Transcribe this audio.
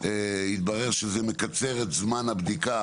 התברר שזה מקצר את זמן הבדיקה